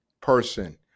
person